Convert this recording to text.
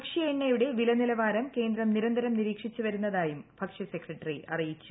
ഭക്ഷ്യൂ എണ്ണയുടെ വില നിലവാരം കേന്ദ്രം നിരന്തരം നിരീക്ഷിച്ച് വർുന്നതായും ഭക്ഷ്യസെക്രട്ടറി അറിയിച്ചു